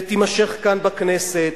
ותימשך כאן בכנסת,